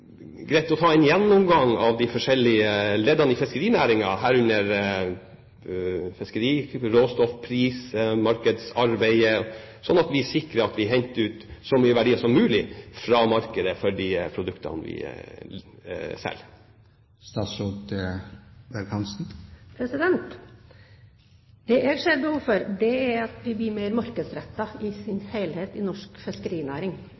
vi sikrer at vi henter ut så mye verdier som mulig fra markedet for de produktene vi selger? Det jeg ser behov for, er at norsk fiskerinæring blir mer markedsrettet i